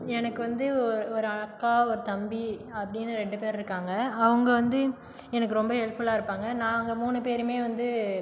எனக்கு வந்து ஒ ஒரு அக்கா ஒரு தம்பி அப்படின்னு ரெண்டு பேர் இருக்காங்க அவங்க வந்து எனக்கு ரொம்ப ஹெல்ப்ஃபுல்லாக இருப்பாங்க நாங்கள் மூணு பேரும் வந்து